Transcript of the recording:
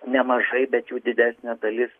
nemažai bet jų didesnė dalis